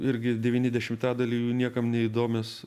irgi devyni dešimtadaliai jų niekam neįdomios